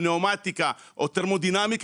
פנאומטיקה או תרמו-דינמיקה,